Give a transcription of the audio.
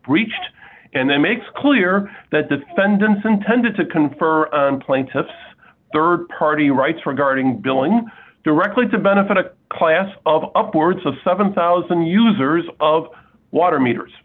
breached and then makes clear that defendants intended to confer plaintiff's rd party rights regarding billing directly to benefit a class of upwards of seven thousand users of water meters